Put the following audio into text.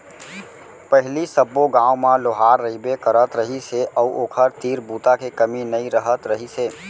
पहिली सब्बो गाँव म लोहार रहिबे करत रहिस हे अउ ओखर तीर बूता के कमी नइ रहत रहिस हे